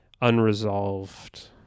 unresolved